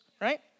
right